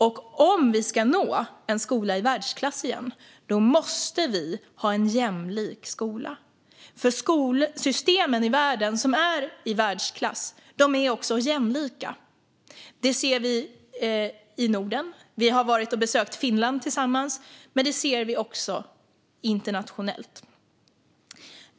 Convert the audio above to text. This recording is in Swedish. Om vi ska lyckas med att ha en skola i världsklass igen måste vi ha en jämlik skola. De skolsystem i världen som är i världsklass är nämligen också jämlika. Det ser vi i Norden; jag och Patrick Reslow har besökt Finland tillsammans. Men vi ser det också internationellt.